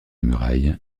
muraille